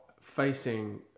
facing